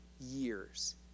years